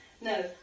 No